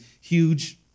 huge